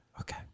Okay